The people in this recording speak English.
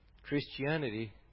Christianity